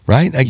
Right